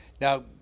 Now